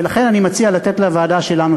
ולכן אני מציע לתת לוועדה שלנו,